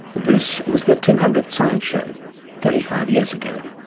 this was the two hundredth science show thirty five years ago